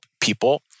people